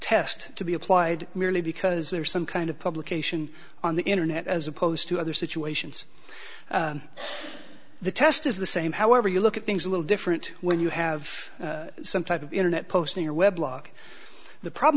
test to be applied merely because there is some kind of publication on the internet as opposed to other situations the test is the same however you look at things a little different when you have some type of internet posting or web log the problem